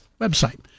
website